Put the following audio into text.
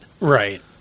Right